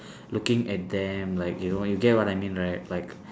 looking at them like you know you get what I mean right like